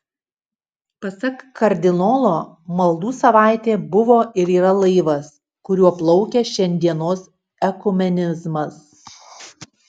pasak kardinolo maldų savaitė buvo ir yra laivas kuriuo plaukia šiandienos ekumenizmas